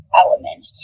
element